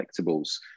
collectibles